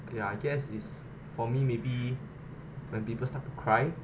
ya I guess is for me maybe when people start to cry